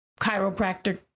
chiropractor